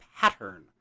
pattern